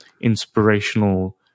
inspirational